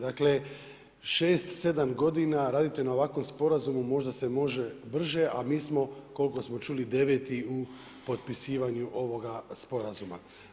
Dakle 6, 7 godina raditi na ovakvom sporazumu možda se može brže a mi smo koliko smo čuli, 9. u potpisivanju ovoga sporazuma.